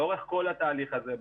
לאורך כל התהליך הזה,